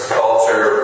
culture